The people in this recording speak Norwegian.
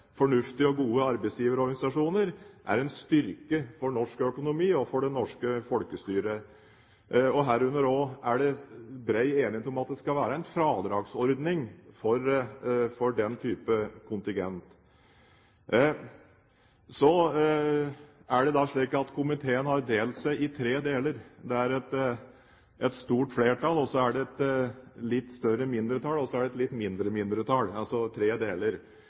fornuftige og gode arbeidsgiverorganisasjoner er en styrke for norsk økonomi og for det norske folkestyret, herunder er det også bred enighet om at det skal være en fradragsordning for den type kontingent. Så er det da slik at komiteen har delt seg i tre deler. Det er et stort flertall, et litt større mindretall og et litt mindre mindretall, altså tre deler.